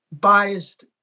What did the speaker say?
biased